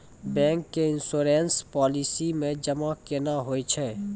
Bank के insurance policy मे जमा केना होय छै?